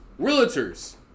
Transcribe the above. realtors